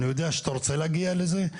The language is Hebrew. אני יודע שאתה רוצה להגיע לזה,